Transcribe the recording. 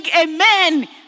amen